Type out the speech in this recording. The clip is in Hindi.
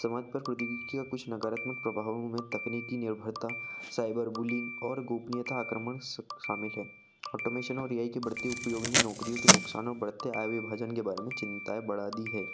समाज पर प्रौद्यिगिकी का कुछ नकारात्मक प्रभावों में तकनीकी निर्भरता साइबर बुलिंग और गोपनीयता आक्रमण शामिल है ऑटोमेशन और ए आई की बढ़ती उपयोग ने नौकरियों के नुक़सान और बढ़ते आय विभाजन के बारे में चिंताएँ बढ़ा दी है